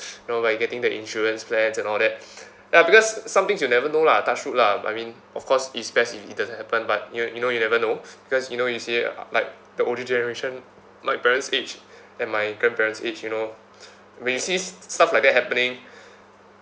know by getting the insurance plans and all that ya because some things you never know lah touch wood lah I mean of course it's best if it doesn't happen but you you know you never know because you know you see like the older generation my parents' age and my grandparents' age you know when you see stuff like that happening